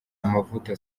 amavuta